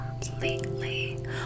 completely